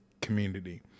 community